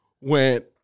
Went